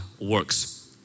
works